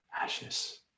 ashes